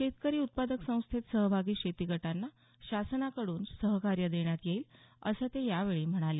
शेतकरी उत्पादक संस्थेत सहभागी शेती गटांना शासनाकडून सहकार्य देण्यात येईल असं ते यावेळी म्हणाले